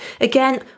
again